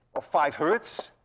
of five hertz,